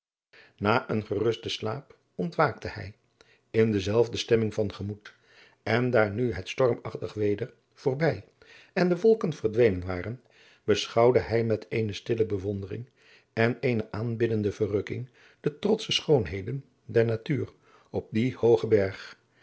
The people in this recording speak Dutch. na een gerusten slaap ontwaakte hij in dezelfde stemming van gemoed en daar nu het stormachtig weder voorbij en de wolken verdwenen waren beschouwde hij met eene stille bewondering en eene aanbiddende verrukadriaan loosjes pzn het leven van maurits lijnslager king de trotsche schoonheden der natuur op dien hoogen berg